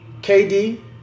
KD